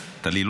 ללכת לבחירות.